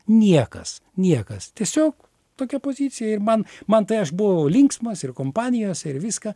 niekas niekas tiesiog tokia pozicija ir man man tai aš buvau linksmas ir kompanijose ir viską